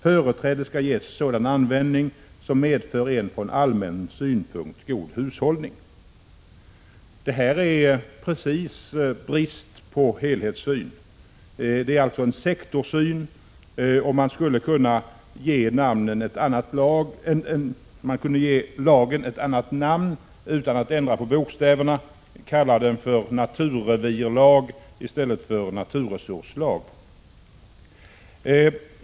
Företräde skall ges sådan användning som medför en från allmän synpunkt god hushållning.” Detta innebär bristande helhetssyn. Det är alltså en sektorsyn och man skulle kunna ge lagen ett annat namn utan att ändra på bokstäverna och kalla dem för naturrevirlag i stället för naturresurslag.